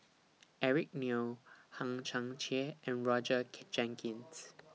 Eric Neo Hang Chang Chieh and Roger Jenkins